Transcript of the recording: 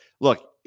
look